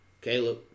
Caleb